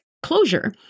closure